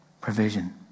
provision